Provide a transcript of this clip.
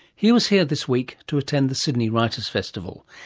he was here this week to attend the sydney writers' festival,